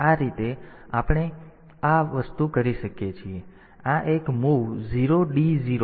તેથી આ રીતે આપણે આ વસ્તુ કરી શકીએ છીએ